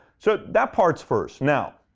so that part's first. now,